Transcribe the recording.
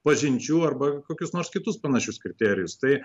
pažinčių arba kokius nors kitus panašius kriterijus tai